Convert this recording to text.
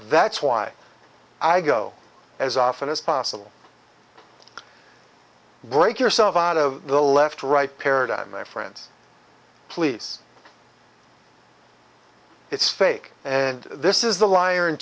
that's why i go as often as possible break yourself out of the left right paradigm my friends please it's fake and this is the liar in